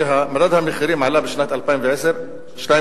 ויצא שמדד המחירים עלה בשנת 2010 ב-2.7%.